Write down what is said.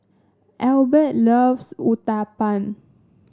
Elbert loves Uthapam